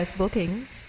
bookings